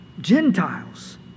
Gentiles